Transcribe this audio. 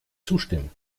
zustimmen